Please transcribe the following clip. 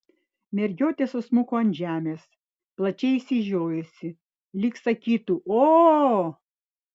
mergiotė susmuko ant žemės plačiai išsižiojusi lyg sakytų o